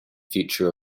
future